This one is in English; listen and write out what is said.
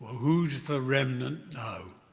who's the remnant now?